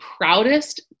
proudest